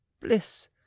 bliss